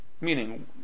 Meaning